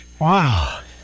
Wow